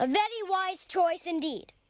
ah very wise choice, indeed.